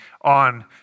on